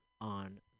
on